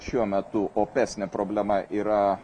šiuo metu opesnė problema yra